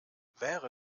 wäre